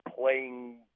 playing